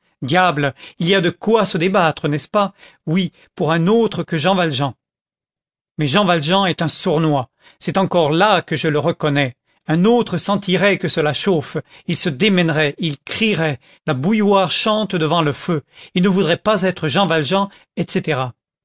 diable il y a de quoi se débattre n'est-ce pas oui pour un autre que jean valjean mais jean valjean est un sournois c'est encore là que je le reconnais un autre sentirait que cela chauffe il se démènerait il crierait la bouilloire chante devant le feu il ne voudrait pas être jean valjean et caetera